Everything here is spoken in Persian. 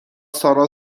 سارا